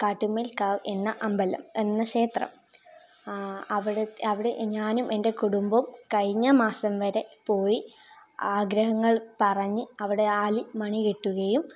കാട്ടുമേൽക്കാവ് എന്ന അമ്പലം എന്ന ക്ഷേത്രം അവിടെ അവിടെ ഞാനും എൻ്റെ കുടുംബം കഴിഞ്ഞ മാസം വരെ പോയി ആഗ്രഹങ്ങൾ പറഞ്ഞ് അവിടെ ആലിൽ മണി കെട്ടുകയും